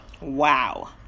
Wow